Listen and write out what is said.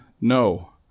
No